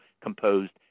composed